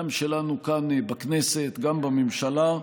גם שלנו כאן בכנסת, גם בממשלה,